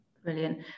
Brilliant